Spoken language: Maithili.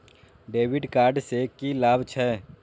डेविट कार्ड से की लाभ छै?